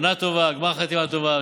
שנה טובה, גמר חתימה טובה.